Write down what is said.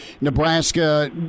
Nebraska